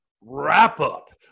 wrap-up